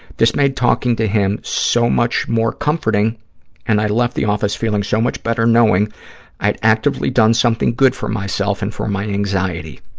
this made talking to him so much more comforting and i left the office feeling so much better knowing i'd actively done something good for myself and for my anxiety.